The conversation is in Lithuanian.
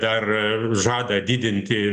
dar žada didinti